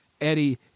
Eddie